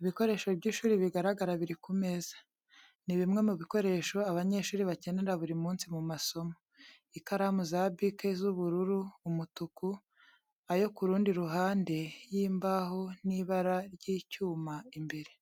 Ibikoresho by’ishuri bigaragara biri ku meza. Ni bimwe mu bikoresho abanyeshuri bakenera buri munsi mu masomo. Ikaramu za bike z’ubururu, umutuku, ayo ku rundi ruhande y’imbaho n’ibara ry’icyuma imbere.